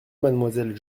mademoiselle